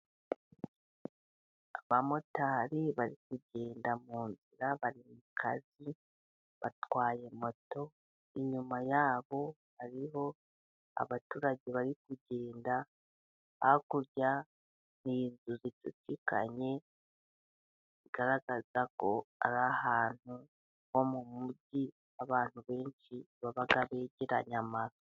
Abamotari bari kugenda mu nzira bari mu kazi batwaye moto, inyuma yabo hariho abaturage bari kugenda, hakurya ni inzu zicucikanye bigaragaza ko ari ahantu ho mu mugi abantu benshi baba begeranye amazu.